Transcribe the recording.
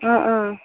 অঁ অঁ